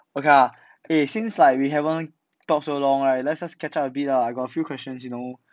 okay lah eh since like we haven't talk so long right let's just catch up a bit lah I got few question you know